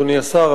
אדוני השר,